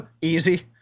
Easy